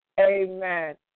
Amen